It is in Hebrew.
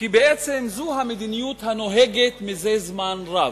כי בעצם זו המדיניות הנוהגת זה זמן רב.